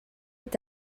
est